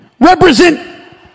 represent